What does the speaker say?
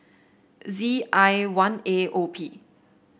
Z I one A O P